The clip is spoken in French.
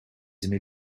aimez